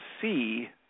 see